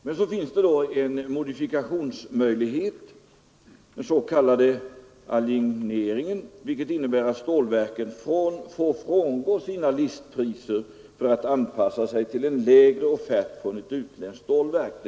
Det finns emellertid en modifikationsmöjlighet, den s.k. aligneringen, vilken innebär att stålverken får frångå sina listpriser för att anpassa sig till en lägre offert från ett utländskt stålverk.